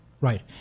Right